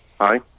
Hi